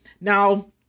Now